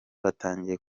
batangiye